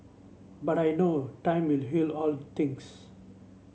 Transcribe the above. but I know time will heal all things